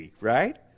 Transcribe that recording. right